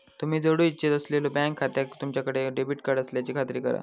तुम्ही जोडू इच्छित असलेल्यो बँक खात्याक तुमच्याकडे डेबिट कार्ड असल्याची खात्री करा